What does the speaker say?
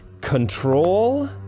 control